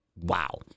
Wow